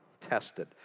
Tested